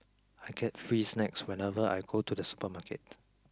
I get free snacks whenever I go to the supermarket